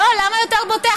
לא, למה יותר בוטה?